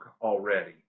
already